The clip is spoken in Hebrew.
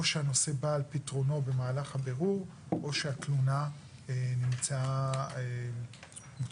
או שהנושא בא על פתרונו במהלך הבירור או שהתלונה נמצאה מוצדקת.